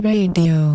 Radio